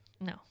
no